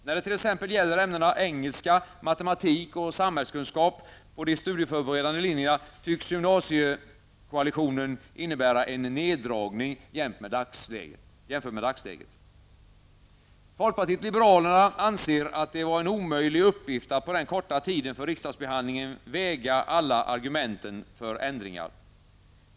När det t.ex. gäller ämnena engelska, matematik och samhällskunskap på de studieförberedande linjerna, tycks gymnasiekoalitionen innebära en neddragning jämfört med dagsläget. Folkpartiet liberalerna anser att det var en omöjligt uppgift att, på den korta tiden för riksdagsbehandlingen, väga alla argumenten för ändringar.